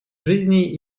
жизней